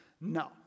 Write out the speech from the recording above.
No